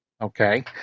Okay